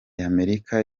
y’amerika